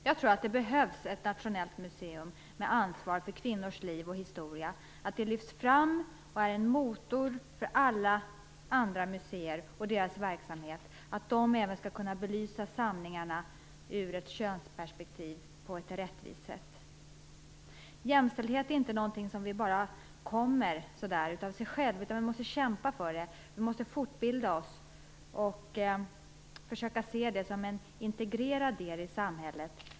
Jag tror att det behövs ett nationellt museum med ansvar för att kvinnors liv och historia lyfts fram och är en motor för alla andra museer och deras verksamhet. De skall även kunna belysa samlingarna ur ett könsperspektiv på ett rättvist sätt. Jämställdhet är inte någonting som bara kommer av sig självt. Vi måste kämpa för den, fortbilda oss och försöka se den som en integrerad del i samhället.